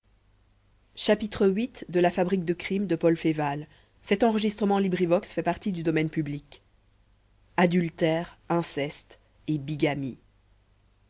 viii adultère inceste et bigamie